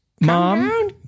Mom